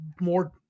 more